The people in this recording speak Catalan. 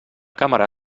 càmera